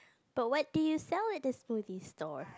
but what do you sell at the smoothie stall